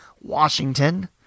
Washington